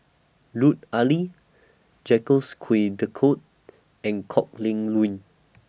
Lut Ali Jacques De Coutre and Kok Leun